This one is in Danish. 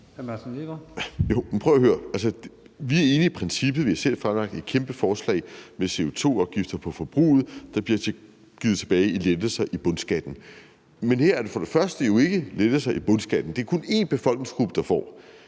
Vi er enige i princippet. Vi har selv fremlagt et kæmpe forslag om CO2-afgifter på forbruget, der bliver givet tilbage i lempelser i bundskatten. Men her er det jo først og fremmest ikke lettelser i bundskatten. Det er kun én befolkningsgruppe, der får.